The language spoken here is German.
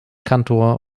kantor